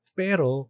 pero